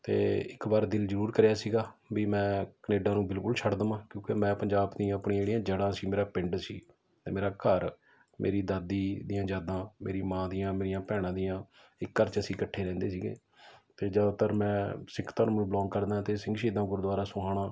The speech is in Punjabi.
ਅਤੇ ਇੱਕ ਵਾਰ ਦਿਲ ਜ਼ਰੂਰ ਕਰਿਆ ਸੀਗਾ ਵੀ ਮੈਂ ਕਨੇਡਾ ਨੂੰ ਬਿਲਕੁਲ ਛੱਡ ਦੇਵਾਂ ਕਿਉਂਕਿ ਮੈਂ ਪੰਜਾਬ ਦੀਆਂ ਆਪਣੀ ਜਿਹੜੀਆਂ ਜੜ੍ਹਾਂ ਸੀ ਮੇਰਾ ਪਿੰਡ ਸੀ ਅਤੇ ਮੇਰਾ ਘਰ ਮੇਰੀ ਦਾਦੀ ਦੀਆਂ ਯਾਦਾਂ ਮੇਰੀ ਮਾਂ ਦੀਆਂ ਮੇਰੀਆਂ ਭੈਣਾਂ ਦੀਆਂ ਇੱਕ ਘਰ 'ਚ ਅਸੀਂ ਇਕੱਠੇ ਰਹਿੰਦੇ ਸੀਗੇ ਅਤੇ ਜ਼ਿਆਦਾਤਰ ਮੈਂ ਸਿੱਖ ਧਰਮ ਨੂੰ ਬਿਲੋਂਗ ਕਰਦਾ ਅਤੇ ਸਿੰਘ ਸ਼ਹੀਦਾਂ ਗੁਰਦੁਆਰਾ ਸੋਹਾਣਾ